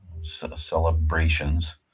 celebrations